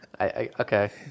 Okay